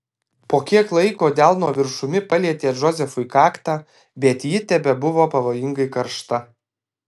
po kiek laiko delno viršumi palietė džozefui kaktą bet ji tebebuvo pavojingai karšta